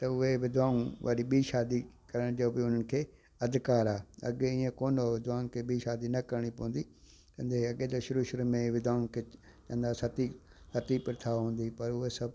त उहे विधवाऊं वरी ॿीं शादी करण जो बि उन्हनि खे अधिकार आहे अॻे ईअं कोन हुओ विधवाउनि खे ॿीं शादी न करिणी पवंदी अॻे त शुरू शुरू में विधवाउनि खे चवंदा सती सती प्रथा हूंदी पर उहा सभु